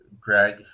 Greg